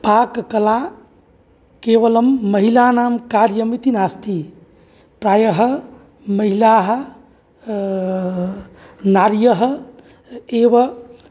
पाककला केवलं महिलानां कार्यमिति नास्ति प्रायः महिलाः नार्यः एव